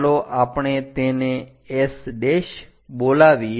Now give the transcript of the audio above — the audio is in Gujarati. ચાલો આપણે તેને S બોલાવીએ